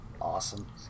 Awesome